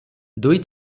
ଦୁଇ